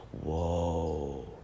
Whoa